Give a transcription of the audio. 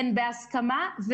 הן בהסכמה,